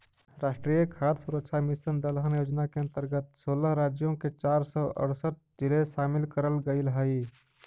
राष्ट्रीय खाद्य सुरक्षा मिशन दलहन योजना के अंतर्गत सोलह राज्यों के चार सौ अरसठ जिले शामिल करल गईल हई